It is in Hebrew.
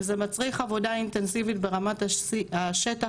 וזה מצריך עבודה אינטנסיבית ברמת השטח,